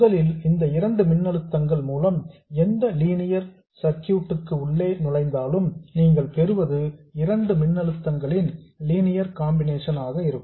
முதலில் இந்த இரண்டு மின்னழுத்தங்கள் மூலம் எந்த லீனியர் சர்க்யூட் க்கு உள்ளே நுழைந்தாலும் நீங்கள் பெறுவது இரண்டு மின்னழுத்தங்களின் லீனியர் காம்பினேஷன் ஆக இருக்கும்